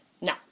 No